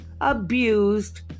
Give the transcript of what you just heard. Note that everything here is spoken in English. abused